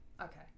okay